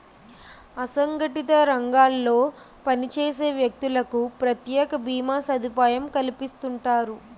అసంగటిత రంగాల్లో పనిచేసే వ్యక్తులకు ప్రత్యేక భీమా సదుపాయం కల్పిస్తుంటారు